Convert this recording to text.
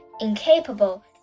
incapable